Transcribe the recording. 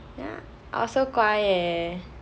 ya I was so guai leh